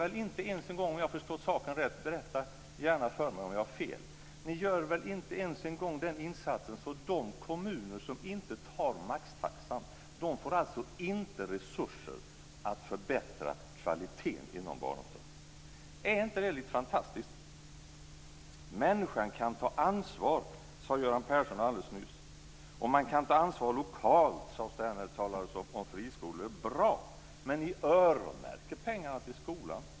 Om jag har förstått saken rätt får inte de kommuner som inte tar maxtaxan resurser för att förbättra kvaliteten inom barnomsorgen - berätta gärna för mig om jag har fel. Är inte det fantastiskt? Människan kan ta ansvar, sade Göran Persson alldeles nyss, och man kan ta ansvar lokalt sades det när det talades om friskolor. Det är bra, men ni öronmärker pengarna till skolan.